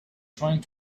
trying